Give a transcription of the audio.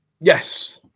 Yes